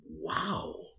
wow